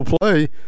play